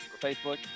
Facebook